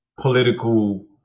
political